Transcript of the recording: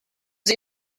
sie